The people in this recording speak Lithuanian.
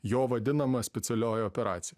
jo vadinama specialioji operacija